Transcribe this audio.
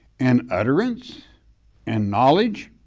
and utterance and knowledge,